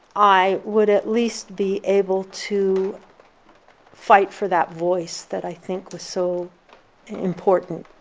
i would at least be able to fight for that voice that i think was so important.